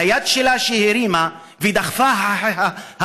היד שלה, שהיא הרימה ודחפה את החיילים,